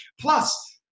plus